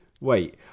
wait